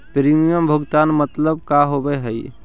Premium भुगतान मतलब का होव हइ?